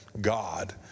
God